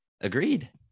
agreed